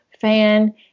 fan